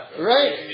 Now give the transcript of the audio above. Right